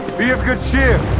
be of good cheer